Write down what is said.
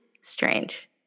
Strange